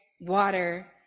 water